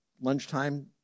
Lunchtime